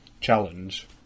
challenge